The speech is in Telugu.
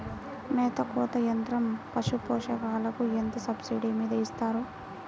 మేత కోత యంత్రం పశుపోషకాలకు ఎంత సబ్సిడీ మీద ఇస్తారు?